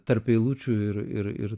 tarp eilučių ir ir ir